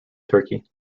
turkey